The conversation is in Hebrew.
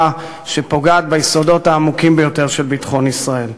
שפוגעת ביסודות העמוקים ביותר של ביטחון ישראל.